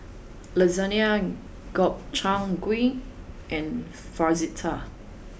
Lasagne Gobchang Gui and Fajitas